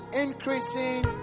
increasing